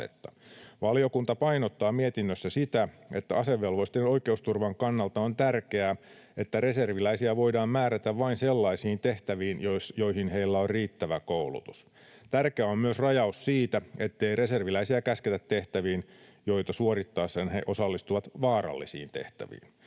Valiokunta painottaa mietinnössä sitä, että asevelvollisten oikeusturvan kannalta on tärkeää, että reserviläisiä voidaan määrätä vain sellaisiin tehtäviin, joihin heillä on riittävä koulutus. Tärkeä on myös rajaus siitä, ettei reserviläisiä käsketä tehtäviin, joita suorittaessaan he osallistuvat vaarallisiin tehtäviin.